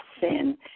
sin